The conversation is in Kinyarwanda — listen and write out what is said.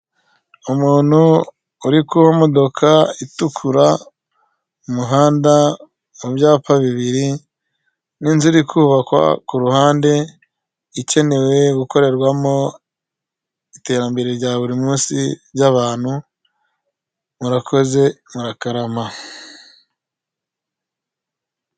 Umuntu uri ku modoka itukura, umuhanda mu byapa bibiri n'inzu iri kubakwa ku ruhande ikenewe gukorerwamo iterambere rya buri munsi ry'abantu, murakoze murakarama.